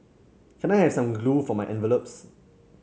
can I have some glue for my envelopes